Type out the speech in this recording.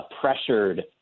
pressured